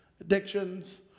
addictions